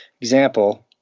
example